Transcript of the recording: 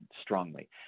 strongly